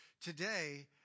Today